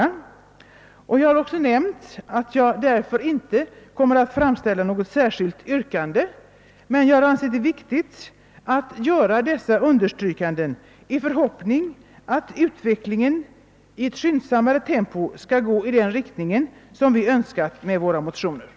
Jag har också nämnt att jag därför inte kommer att framställa något yrkande. Jag har emellertid velat stryka under några synpunkter i förhoppning om att utvecklingen skall gå snabbare i den riktning som vi föreslår i motionerna.